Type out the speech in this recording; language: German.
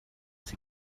sie